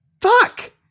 Fuck